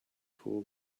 cool